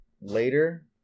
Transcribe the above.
later